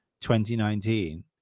2019